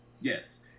Yes